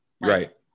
Right